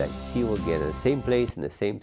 that you will get the same place in the same